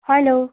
hello